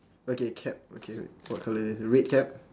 okay cap okay what colour is it red cap